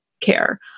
care